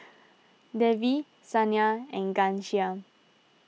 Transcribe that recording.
Devi Saina and Ghanshyam